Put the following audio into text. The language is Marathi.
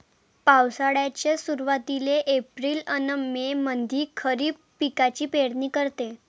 पावसाळ्याच्या सुरुवातीले एप्रिल अन मे मंधी खरीप पिकाची पेरनी करते